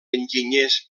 enginyers